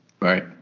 Right